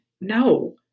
No